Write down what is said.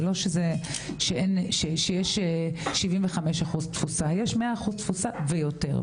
זה לא שיש 75% תפוסה, יש 100% תפוסה ויותר.